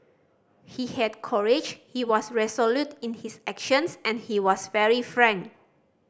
he had courage he was resolute in his actions and he was very frank